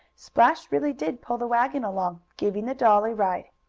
splash really did pull the wagon along, giving the doll a ride.